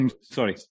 sorry